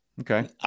Okay